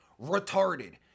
Retarded